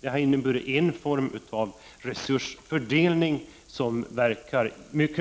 Det har inneburit en form av resursfördelning som verkar